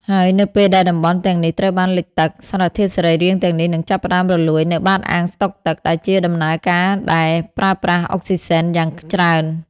ហើយនៅពេលដែលតំបន់ទាំងនេះត្រូវបានលិចទឹក សារធាតុសរីរាង្គទាំងនេះនឹងចាប់ផ្តើមរលួយនៅបាតអាងស្តុកទឹក ដែលជាដំណើរការដែលប្រើប្រាស់អុកស៊ីហ្សែនយ៉ាងច្រើន។